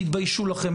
תתביישו לכם,